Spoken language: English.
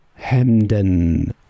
Hemden